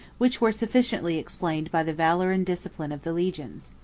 which were sufficiently explained by the valor and discipline of the legions.